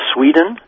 Sweden